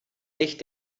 nicht